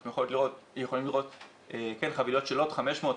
אתם יכולים לראות חבילות של עוד 500,